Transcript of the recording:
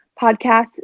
podcast